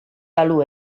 balu